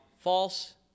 false